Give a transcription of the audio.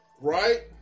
right